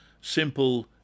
Simple